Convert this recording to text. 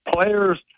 Players